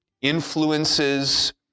influences